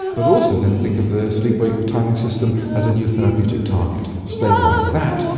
but also then think of the sleep-wake timing system as a new therapeutic target. stabilise that,